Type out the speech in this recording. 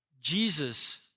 Jesus